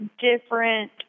different